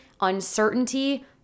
uncertainty